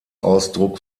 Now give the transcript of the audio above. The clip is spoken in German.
ausdruck